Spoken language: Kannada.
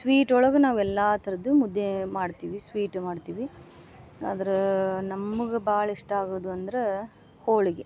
ಸ್ವೀಟ್ ಒಳಗೆ ನಾವು ಎಲ್ಲಾ ಥರದ ಮುದ್ದೆ ಮಾಡ್ತೀವಿ ಸ್ವೀಟ್ ಮಾಡ್ತೀವಿ ಆದ್ರೆ ನಮ್ಮಗೆ ಭಾಳ ಇಷ್ಟ ಆಗುದಂದ್ರೆ ಹೋಳ್ಗೆ